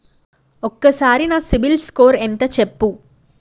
ఒక్కసారి నా సిబిల్ స్కోర్ ఎంత చెప్పు?